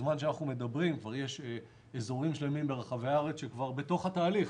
שבזמן שאנחנו מדברים כבר יש אזורים שלמים ברחבי הארץ בתוך התהליך.